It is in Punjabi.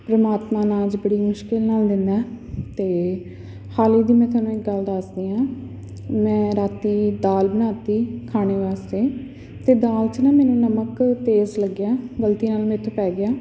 ਪਰਮਾਤਮਾ ਅਨਾਜ ਬੜੀ ਮੁਸ਼ਕਿਲ ਨਾਲ ਦਿੰਦਾ ਅਤੇ ਹਾਲ ਹੀ ਦੀ ਮੈਂ ਤੁਹਾਨੂੰ ਇੱਕ ਗੱਲ ਦੱਸਦੀ ਹਾਂ ਮੈਂ ਰਾਤੀਂ ਦਾਲ ਬਣਾ ਤੀ ਖਾਣੇ ਵਾਸਤੇ ਅਤੇ ਦਾਲ 'ਚ ਨਾ ਮੈਨੂੰ ਨਮਕ ਤੇਜ਼ ਲੱਗਿਆ ਗਲਤੀ ਨਾਲ ਮੇਰੇ ਤੋਂ ਪੈ ਗਿਆ